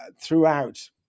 throughout